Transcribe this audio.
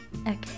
okay